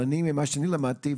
ממה שלמדתי,